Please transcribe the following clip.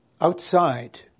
outside